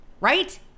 right